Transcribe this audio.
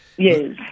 Yes